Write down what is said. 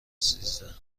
سیزده